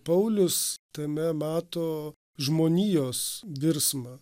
paulius tame mato žmonijos virsmą